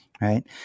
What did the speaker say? Right